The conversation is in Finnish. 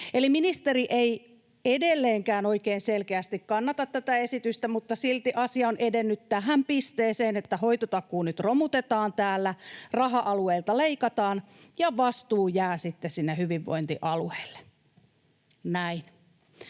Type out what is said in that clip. ministeri ei edelleenkään oikein selkeästi kannata tätä esitystä, mutta silti asia on edennyt tähän pisteeseen, että hoitotakuu nyt romutetaan täällä, raha alueilta leikataan ja vastuu jää sitten sinne hyvinvointialueille. Näin.